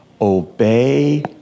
Obey